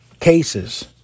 cases